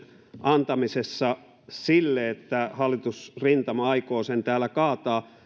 antamisessa sille että hallitusrintama aikoo sen täällä kaataa